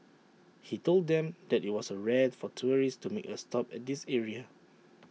he told them that IT was A rare for tourists to make A stop at this area